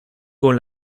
con